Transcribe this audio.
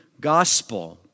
gospel